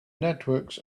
networks